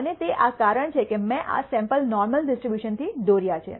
અને તે આ કારણ છે કે મેં આ સેમ્પલ નોર્મલ ડિસ્ટ્રીબ્યુશન થી દોર્યા છે